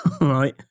Right